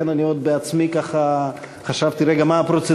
לכן חשבתי רגע עם עצמי מה הפרוצדורה.